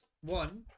One